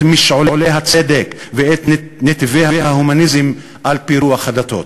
את משעולי הצדק ואת נתיבי ההומניזם על-פי רוח הדתות.